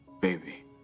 Baby